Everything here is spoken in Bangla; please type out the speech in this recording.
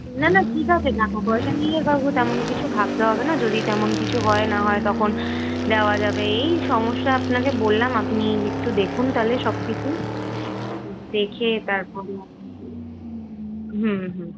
না না ঠিক আছে টাকা পয়সা নিয়ে কাকু তেমন কিছু ভাবতে হবে না যদি তেমন কিছু হয় না হয় তখন দেওয়া যাবে এই সমস্যা আপনাকে বললাম আপনি একটু দেখুন তাহলে সব কিছু দেখে তারপরে আপনি যে হুম হুম